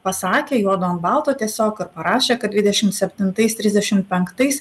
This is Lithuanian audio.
pasakė juodu ant balto tiesiog ir parašė kad dvidešimt septintais trisdešimt penktais